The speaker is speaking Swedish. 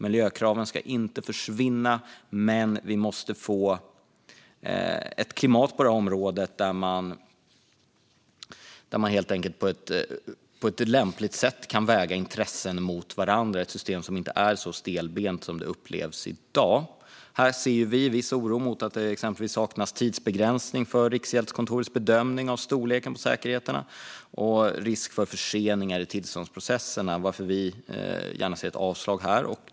Miljökraven ska inte försvinna, men vi måste få ett klimat på området där man på ett lämpligt sätt kan väga intressen mot varandra - ett system som inte är så stelbent som det upplevs i dag. Här ser vi med viss oro att det exempelvis saknas tidsbegränsning för Riksgäldskontorets bedömning av storleken på säkerheterna, vilket kan innebära risk för förseningar i tillståndsprocesserna. Därför ser vi gärna ett avslag här.